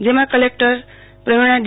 જેમાં કલેકટરશ્રી પ્રવિણા ડી